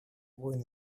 войн